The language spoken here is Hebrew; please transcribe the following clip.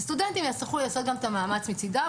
וסטודנטים יצטרכו לעשות גם את המאמץ מצידם,